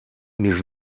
між